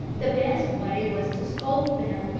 the best way was to scold them,